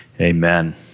Amen